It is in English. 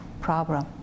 problem